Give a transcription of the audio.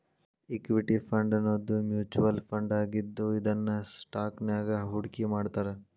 equity ಫಂಡನ್ನೋದು mutual ಫಂಡಾಗಿದ್ದು ಇದನ್ನ ಸ್ಟಾಕ್ಸ್ನ್ಯಾಗ್ ಹೂಡ್ಕಿಮಾಡ್ತಾರ